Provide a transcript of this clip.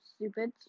Stupid